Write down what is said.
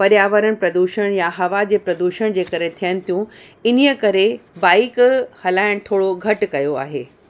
पर्यावरण प्रदूषण या हवा जे प्रदूषण जे करे थियनि थियूं इन्हीअ करे बाइक हलाइण थोरो घटि कयो आहे